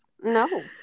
no